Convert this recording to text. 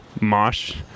mosh